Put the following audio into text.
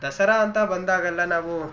ದಸರಾ ಅಂತ ಬಂದಾಗೆಲ್ಲ ನಾವು